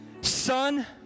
son